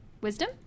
Wisdom